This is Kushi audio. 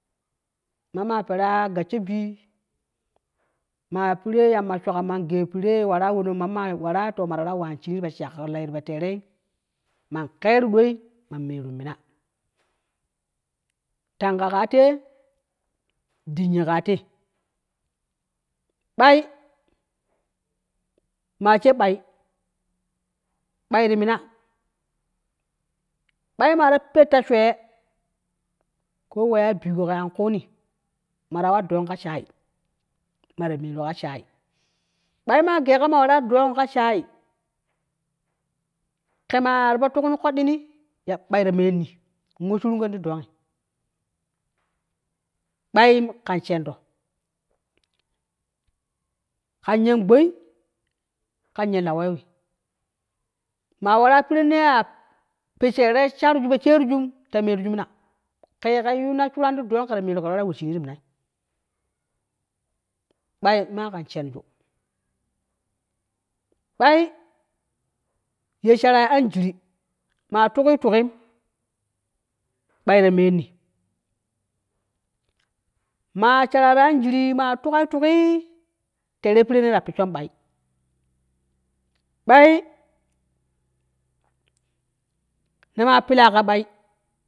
Mamma pera gassho bii maa pire yamma shugan man gee pire wara wono mamma wara ma ta wara waan shinii ti po shakloi tipo teerei man keru doi man merun mina tanga ka te dinyi ka te ɓai, maa she ɓai, ɓai ti mina ɓai maa ta pet ta swe ko weya bigo ke an kuuni mara wat dong ka shai mara meru ka shai, ɓai ma geega ma wara dong ka shai ke maa tipo tuk ni koddini ya ɓai ta menni in woshurongon ti dongi ɓai kan shendo, kan yen gbai kan ye lawewi, maa wara pirenne poterei a shar tipo sherijuu ta meruju mina keye ke yunan shuran ti dongi keta wara we tara we shini ti minai, ɓai maa kan shenju bai ye sharai anjiri maa tugi tugim, ɓai ta menni maa shara ta anjiri maa tugai tugii teree pire ta pisshon ɓai, ɓai ne maa pila ka ɓai